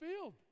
field